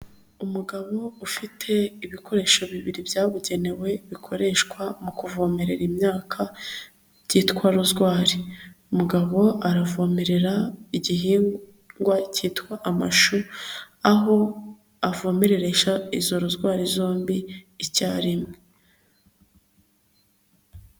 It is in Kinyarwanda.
Umugabo ufite ibikoresho bibiri byabugenewe bikoreshwa mu kuvomerera imyaka byitwa rozwari, umugabo aravomerera igihingwa cyitwa amashu aho avomeresha izo rozwari zombi icyarimwe.